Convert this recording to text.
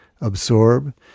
absorb